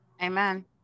amen